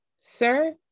Sir